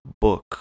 book